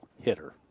hitter